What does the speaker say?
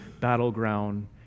battleground